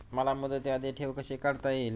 मला मुदती आधी ठेव कशी काढता येईल?